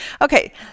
Okay